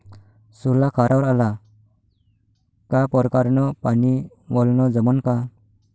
सोला खारावर आला का परकारं न पानी वलनं जमन का?